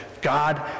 God